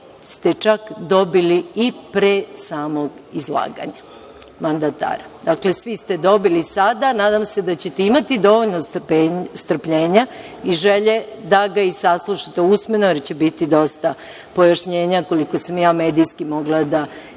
ste čak dobili i pre samog izlaganja mandatara. Dakle, svi ste dobili sada, nadam se da ćete imati dovoljno strpljenja i želje da ga i saslušate usmeno jer će biti dosta pojašnjenja, koliko sam ja medijski mogla da